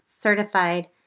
certified